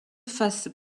faces